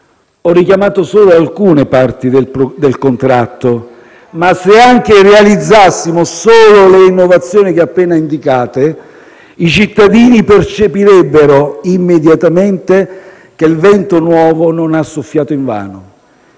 Ho richiamato solo alcune parti del contratto ma, se anche realizzassimo solo le innovazioni che ho appena indicato, i cittadini percepirebbero immediatamente che il vento nuovo non ha soffiato invano.